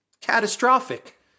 catastrophic